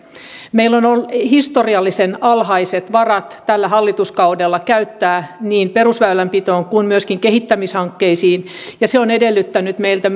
meillä on on ollut historiallisen alhaiset varat tällä hallituskaudella käytettävissä niin perusväylänpitoon kuin myöskin kehittämishankkeisiin se on edellyttänyt meiltä